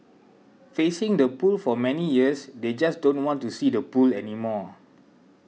facing the pool for many years they just don't want to see the pool anymore